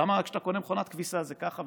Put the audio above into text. למה כשאתה קונה מכונת כביסה זה ככה,